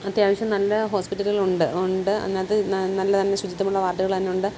അത്യാവശ്യം നല്ല ഹോസ്പിറ്റലോകൾ ഉണ്ട് ഉണ്ട് അതിനകത്ത് നല്ല നല്ല ശുചിത്വമുള്ള വാർഡ്കളെന്നൊണ്ട്